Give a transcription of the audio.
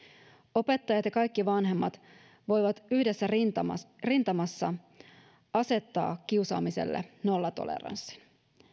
opettajat ja kaikki vanhemmat voivat yhdessä rintamassa rintamassa asettaa kiusaamiselle nollatoleranssin